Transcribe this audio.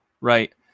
right